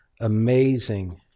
amazing